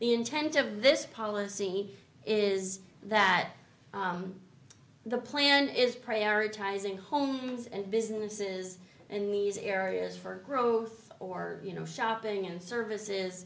the intent of this policy is that the plan is prioritizing homes and businesses in these areas for growth or you know shopping and services